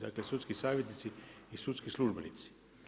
Dakle, sudski savjetnici i sudski službenici.